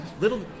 little